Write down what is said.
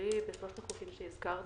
הישראלי בשלושת החוקים שהזכרת.